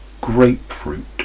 grapefruit